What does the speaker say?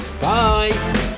Bye